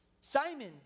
Simon